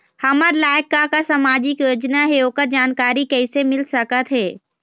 हमर लायक का का सामाजिक योजना हे, ओकर जानकारी कइसे मील सकत हे?